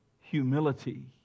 humility